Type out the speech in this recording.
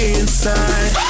inside